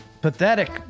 pathetic